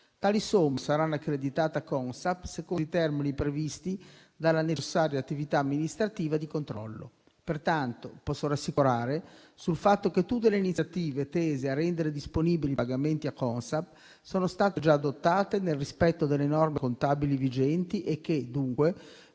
Tali somme saranno accreditate alla Consap secondo i termini previsti dalla necessaria attività amministrativa di controllo. Pertanto, posso rassicurare sul fatto che tutte le iniziative tese a rendere disponibili i pagamenti a Consap sono state già adottate nel rispetto delle norme contabili vigenti e che, dunque,